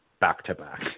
back-to-back